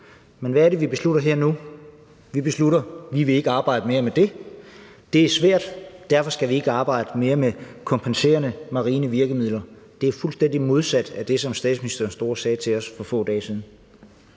Men hvad er det, vi beslutter her nu? Vi beslutter, at vi ikke vil arbejde mere med det, at det er svært, og at vi derfor ikke skal arbejde mere med kompenserende marine virkemidler. Det er fuldstændig modsat af det, som statsministeren stod og sagde til os for få dage siden.